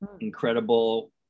incredible